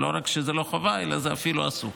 לא רק שזה לא חובה אלא זה אפילו אסור.